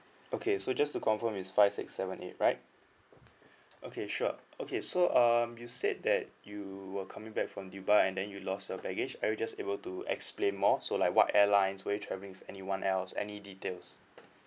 okay so just to confirm is five six seven eight right okay sure okay so um you said that you were coming back from dubai and then you lost your baggage are you just able to explain more so like what airlines were traveling with anyone else any details